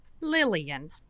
Lillian